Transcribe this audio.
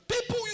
people